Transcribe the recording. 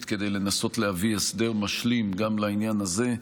כדי לנסות להביא הסדר משלים גם לעניין הזה.